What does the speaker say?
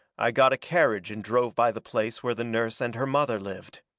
i got a carriage and drove by the place where the nurse and her mother lived.